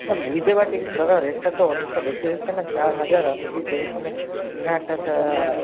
না বুঝতে পারছি কিন্তু দাদা রেটটা তো অনেকটা বেশি হয়ে যাচ্ছে না চার হাজার আপনি যে দেখে শুনে তিন হাজারটা ছাড়া